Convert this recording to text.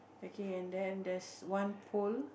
okay and then there's one pole